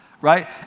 right